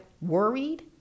Worried